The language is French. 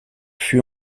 fut